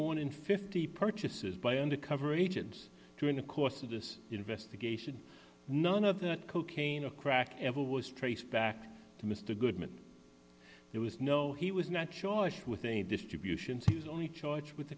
more than fifty purchases by undercover agents during the course of this investigation none of that cocaine a crack ever was traced back to mr goodman there was no he was not charged with any distribution sees only charged with